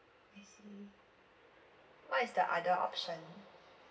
I see what is the other option